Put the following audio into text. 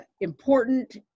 important